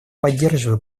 поддерживаю